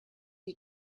you